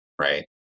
Right